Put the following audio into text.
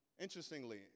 interestingly